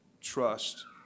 Trust